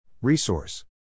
Resource